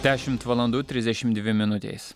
dešimt valandų trisdešim dvi minutės